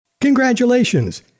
Congratulations